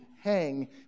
hang